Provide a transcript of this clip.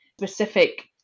specific